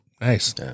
Nice